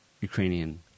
Ukrainian